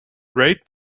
rate